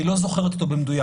היא לא זוכרת במדויק.